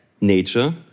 nature